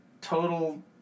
total